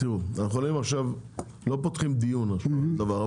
תראו, אנחנו עכשיו לא פותחים דיון על כל דבר.